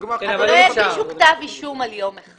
לא יגישו כתב אישום על יום אחד.